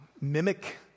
mimic